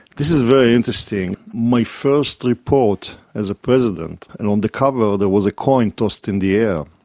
this is very interesting. my first report as a president. and on the cover there was a coin tossed in the air,